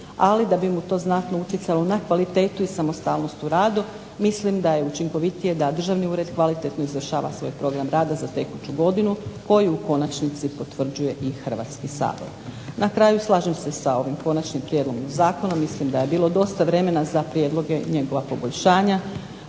ali da bi mu to znatno utjecalo na kvalitetu i samostalnost u radu. Mislim da je učinkovitije da državni ured kvalitetno izvršava svoj program rada za tekuću godinu koju u konačnici potvrđuje i Hrvatski sabor. Na kraju, slažem se s ovim konačnim prijedlogom zakona. Mislim da je bilo dosta vremena za prijedloge njegova poboljšanja,